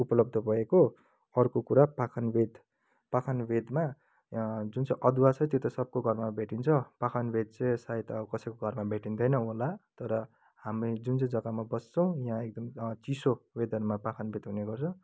उपलब्ध भएको अर्को कुरा पाखनबेत पाखनबेतमा जुन चाहिँ अदुवा छ त्यो त सबको घरमा भेटिन्छ पाखनबेत चाहिँ सायद कसैको घरमा भेटिँदैन होला तर हामी जुन चाहिँ जग्गामा बस्छौँ यहाँ एकदम चिसो वेदरमा पाखनबेत हुनेगर्छ